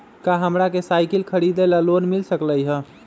का हमरा के साईकिल खरीदे ला लोन मिल सकलई ह?